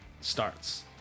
starts